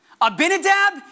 Abinadab